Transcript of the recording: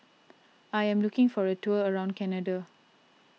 I am looking for a tour around Canada